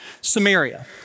Samaria